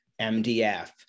MDF